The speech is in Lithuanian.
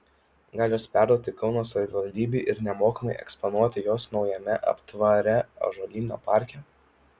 gal juos perduoti kauno savivaldybei ir nemokamai eksponuoti juos naujame aptvare ąžuolyno parke